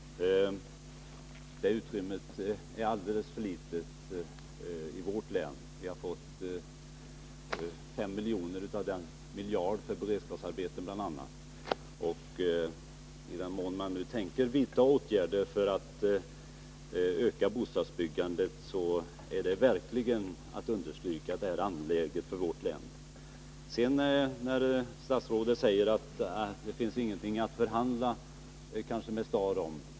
Fru talman! Det utrymmet är alldeles för litet i vårt län; vi har fått 5 miljoner av 1 miljard till bl.a. beredskapsarbeten. I den mån man tänker vidta åtgärder för att öka bostadsbyggandet, vill jag verkligen understryka att det är angeläget för vårt län. Statsrådet säger att det kanske inte finns någonting att förhandla om med Star.